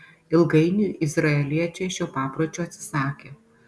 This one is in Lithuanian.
ilgainiui izraeliečiai šio papročio atsisakė